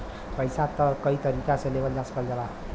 पइसा कई तरीका से लेवल जा सकल जाला